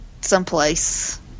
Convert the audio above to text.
someplace